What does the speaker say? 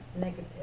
negative